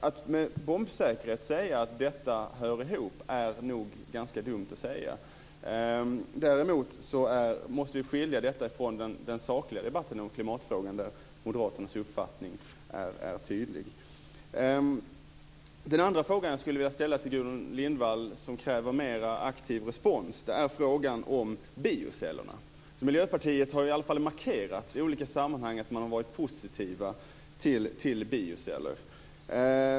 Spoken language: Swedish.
Att bombsäkert säga att detta hör ihop är nog ganska dumt. Vi måste skilja detta från den sakliga debatten om klimatfrågan där Moderaternas uppfattning är tydlig. Den andra frågan som jag skulle vilja ställa till Gudrun Lindvall kräver mer aktiv respons. Den handlar om bioceller. Miljöpartiet har ju i alla fall markerat i olika sammanhang att man har varit positiv till bioceller.